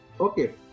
Okay